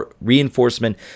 reinforcement